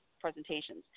Presentations